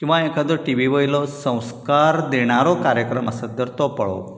किंवा एकादो टीवी वयलो संस्कार देणारो कार्यक्रम आसत जर तो पळोवप